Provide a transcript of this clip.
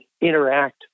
interact